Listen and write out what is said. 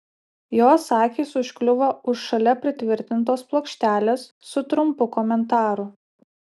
jos akys užkliuvo už šalia pritvirtintos plokštelės su trumpu komentaru